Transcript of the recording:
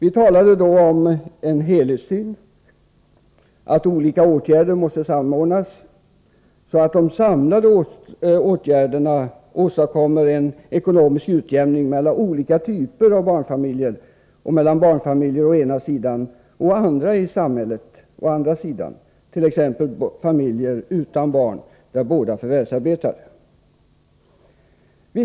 Vi talade om en helhetssyn, att olika åtgärder måste samordnas så att de samlade åtgärderna åstadkommer en ekonomisk utjämning mellan olika typer av barnfamiljer och mellan barnfamiljer å ena sidan och andra i samhället å den andra, t.ex. familjer utan barn där båda förvärvsarbetar.